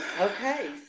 okay